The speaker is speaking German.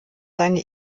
seine